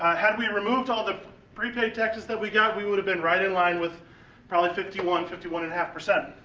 had we removed all the prepaid taxes that we got, we would have been right in line with probably fifty one, fifty one and a half percent.